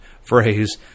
phrase